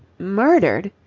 murdered!